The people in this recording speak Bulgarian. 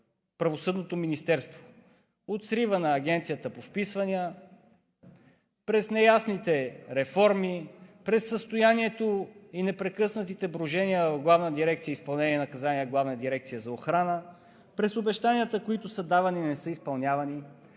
Правосъдното министерство –от срива на Агенцията по вписванията, през неясните реформи, през състоянието и непрекъснатите брожения в Главна дирекция „Изпълнение и наказание“, Главна дирекция „Охрана“, през обещанията, които са давани и не са изпълнявани,